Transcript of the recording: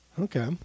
Okay